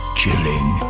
chilling